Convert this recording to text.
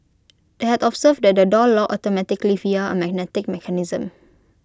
they had observed that the door locked automatically via A magnetic mechanism